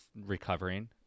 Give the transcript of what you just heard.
recovering